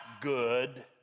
good